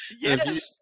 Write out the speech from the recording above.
Yes